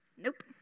Nope